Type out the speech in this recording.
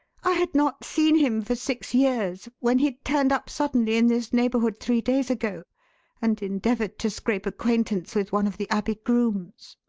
i had not seen him for six years, when he turned up suddenly in this neighbourhood three days ago and endeavoured to scrape acquaintance with one of the abbey grooms.